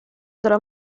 della